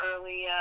early